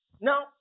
Now